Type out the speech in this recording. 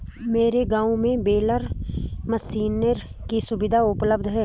मेरे गांव में बेलर मशीनरी की सुविधा उपलब्ध है